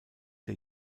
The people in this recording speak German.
der